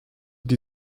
die